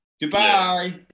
Goodbye